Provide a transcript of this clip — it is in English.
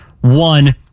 one